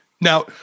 Now